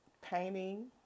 Painting